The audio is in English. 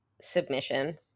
submission